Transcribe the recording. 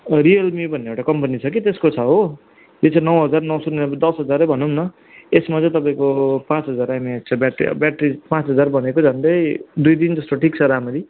real me भन्ने एउटा company छ कि त्यसको छ हो त्यो चाहिँ नौ हजार नौ सय उनानब्बे दस हजार भनौँ न यसमा चाहिँ तपाईँको पाँच हजार एमएएच छ ब्याट्री अब ब्याट्री पाँच हजार भनेको झण्डै दुई दिन जस्तो टिक्छ राम्ररी